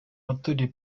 baturiye